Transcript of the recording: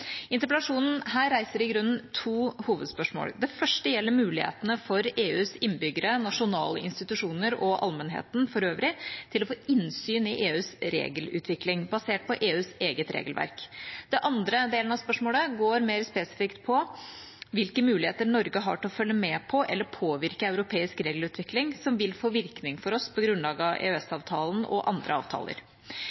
Interpellasjonen her reiser i grunnen to hovedspørsmål. Det første gjelder mulighetene for EUs innbyggere, nasjonale institusjoner og allmennheten for øvrig til å få innsyn i EUs regelutvikling, basert på EUs eget regelverk. Den andre delen av spørsmålet går mer spesifikt på hvilke muligheter Norge har til å følge med på eller påvirke europeisk regelutvikling som vil få virkning for oss på grunnlag av